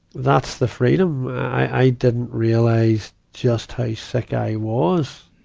that's the freedom i, i didn't realize just how sick i was.